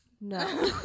No